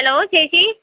hello ചേച്ചി